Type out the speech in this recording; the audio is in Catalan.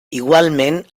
igualment